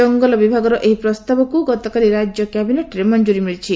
ଜଙ୍ଗଲ ବିଭାଗର ଏହି ପ୍ରସ୍ତାବକୁ ଗତକାଲି ରାଜ୍ୟ କ୍ୟାବିନେଟ୍ରେ ମଞ୍ଚୁରୀ ମିଳିଛି